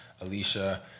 Alicia